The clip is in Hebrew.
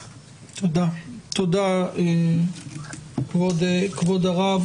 תודה, כבוד הרב.